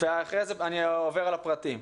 ואחרי זה אני עובר על הפרטים.